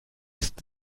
ist